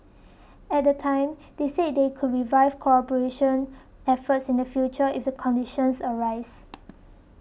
at the time they said they could revive cooperation efforts in the future if the conditions arise